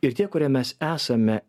ir tie kurie mes esame